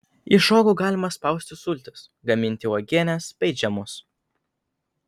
iš uogų galima spausti sultis gaminti uogienes bei džemus